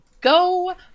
Go